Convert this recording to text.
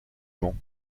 mans